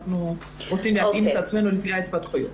רוצים להתאים את עצמנו לפי ההתפתחויות.